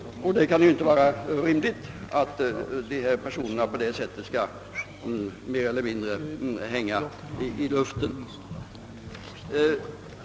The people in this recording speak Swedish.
Det kan inte vara rimligt att dessa personer skall mer eller mindre hänga 1 luften.